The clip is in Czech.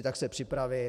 Tak se připravím.